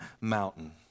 mountain